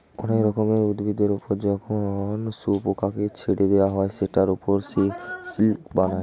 অনেক রকমের উভিদের ওপর যখন শুয়োপোকাকে ছেড়ে দেওয়া হয় সেটার ওপর সে সিল্ক বানায়